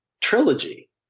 trilogy